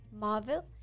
Marvel